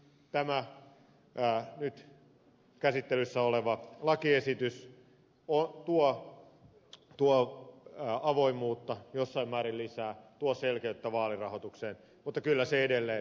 tämä nyt käsittelyssä oleva lakiesitys tuo avoimuutta jossain määrin lisää tuo selkeyttä vaalirahoitukseen mutta kyllä se edelleen on tynkä